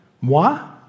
moi